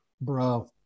Bro